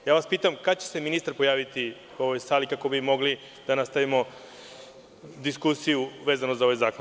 Pitam vas, kada će se ministar pojaviti u ovoj sali kako bi mogli da nastavimo diskusiju vezanu za ovaj zakon?